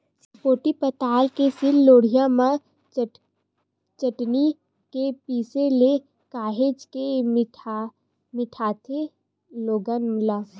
चिरपोटी पताल के सील लोड़हा म चटनी के पिसे ले काहेच के मिठाथे लोगन ला